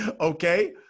Okay